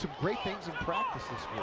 great things in practice